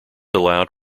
allowed